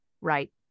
Right